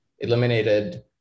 eliminated